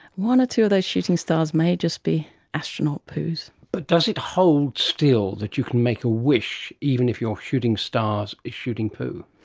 one or two of those shooting stars may just be astronaut poos. but does it hold still that you can make a wish, even if your shooting stars are shooting poo?